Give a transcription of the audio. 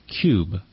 cube